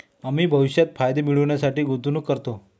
आम्ही भविष्यात फायदे मिळविण्यासाठी गुंतवणूक करतो